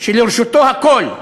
שלרשותו הכול,